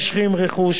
רכוש,